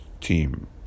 team